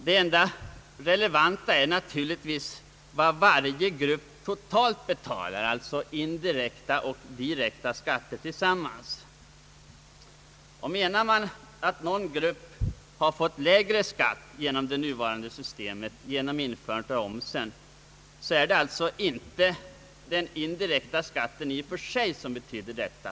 Det enda relevanta är naturligtvis vad varje inkomstgrupp totalt betalar, alltså i indirekta och direkta skatter tillsammans. Menar man att någon grupp fått relativt lägre skatt genom 60-talets utveekling av omsen, är det alltså inte den indirekta skatten i och för sig som medfört detta.